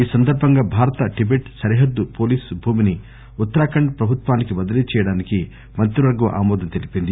ఈ సందర్బంగా భారత టిటెట్ సరిహద్దు పోలీస్ భూమిని ఉత్తరాఖండ్ ప్రభుత్వానికి బదిలీ చేయడానికి మంత్రివర్గం ఆమోదం తెలిపింది